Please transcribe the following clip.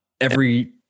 every-